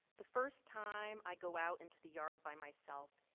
the first time i go out into the yard by myself,